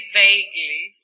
vaguely